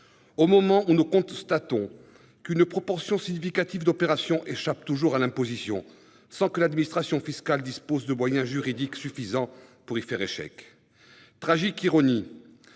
au moment où nous constatons qu'une proportion significative d'opérations échappe toujours à l'imposition, sans que l'administration fiscale dispose des moyens juridiques suffisants pour y faire échec ... Tragique ironie